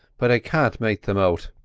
but i can't make thim out.